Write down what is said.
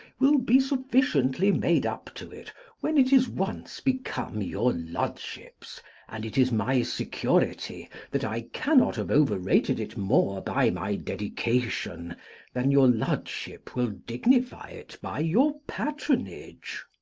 will be sufficiently made up to it when it is once become your lordship's and it is my security, that i cannot have overrated it more by my dedication than your lordship will dignify it by your patronage.